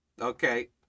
okay